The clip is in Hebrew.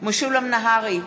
משולם נהרי,